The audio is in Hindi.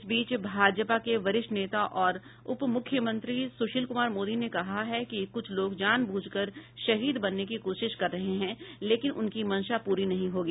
इस बीच भाजपा के वरिष्ठ नेता और उपमुख्यमंत्री सुशील कुमार मोदी ने कहा है कि कुछ लोग जानबूझ कर शहीद बनने की कोशिश कर रहे हैं लेकिन उनकी मंशा पूरी नहीं होगी